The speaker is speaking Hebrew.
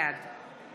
בעד